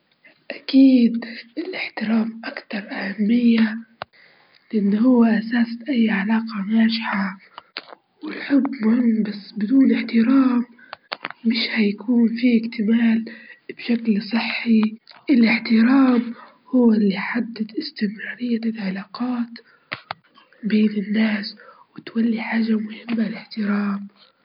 الآلات بنعتقد إنها تتطور إنها تكون ذكية، لكن إن لكن منعتقداش إن هي تكون كيف مشاعر الإنسان الحقيقية، لإن المشاعر بتبقى مرتبطة بالعقد البشري ومفيش آلة تقدر توصل شعور الإنسان الحقيقي والعنين اللي يكون خارج منها.